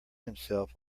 himself